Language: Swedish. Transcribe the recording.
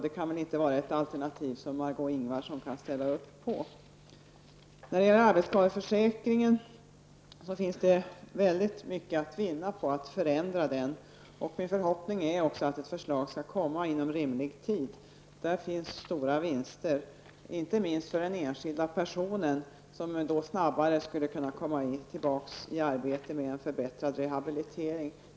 Detta kan väl inte vara någonting som Margó Det finns mycket att vinna på att ändra på arbetsskadeförsäkringen. Min förhoppning är också att det inom rimlig tid skall läggas fram ett förslag. En bättre rehabilitering kan innebära stora vinster, inte minst för den enskilda människan som snabbare skulle kunna komma tillbaka till arbetet.